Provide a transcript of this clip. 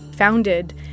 founded